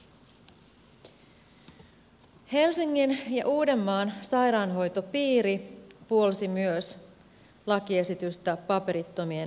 helsingin ja uudenmaan sairaanhoitopiiri puolsi myös lakiesitystä paperittomien terveydenhuollosta